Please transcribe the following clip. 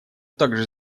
также